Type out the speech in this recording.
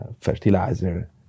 fertilizer